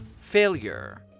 Failure